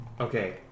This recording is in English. okay